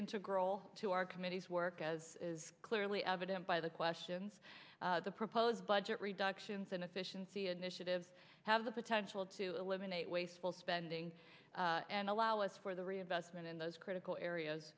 integral to our committee's work as is clearly evident by the questions the proposed budget reductions and efficiency initiatives have the potential to eliminate wasteful spending and allow us for the reinvestment in those critical areas